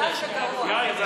אחד הגרועים, לפיד.